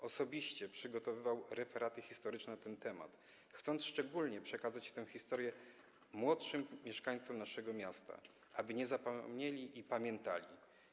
Osobiście przygotowywał referaty historyczne na ten temat, chcąc szczególnie przekazać tę historię młodszym mieszkańcom naszego miasta, aby nie zapomnieli i pamiętali.